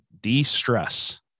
de-stress